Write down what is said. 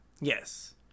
Yes